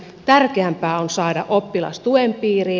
tärkeämpää on saada oppilas tuen piiriin